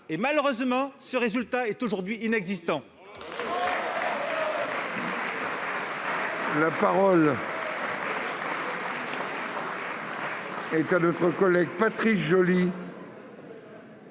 Or, malheureusement, ce résultat est aujourd'hui inexistant. La parole est à M. Patrice Joly,